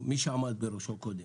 או מי שעמד בראשו קודם,